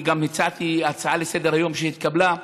וגם הצעתי הצעה לסדר-היום שנתקבלה,